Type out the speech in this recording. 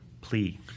plea